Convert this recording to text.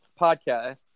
podcast